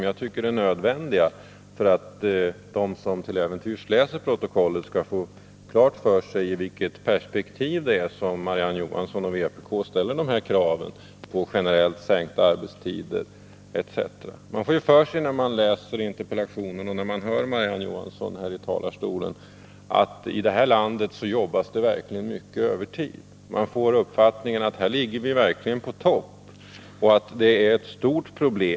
Jag tycker är nödvändigt att de som till äventyrs läser protokollet får klart för sig i vilket perspektiv Marie-Ann Johansson och vpk ställer de här kraven på generellt sänkta arbetstider etc. Man får för sig, när man läser interpellationen och när man hör Marie-Ann Johansson i talarstolen, att det i det här landet verkligen jobbas mycket övertid. Man får uppfattningen att vi verkligen ligger på topp, och att det är ett stort problem.